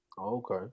Okay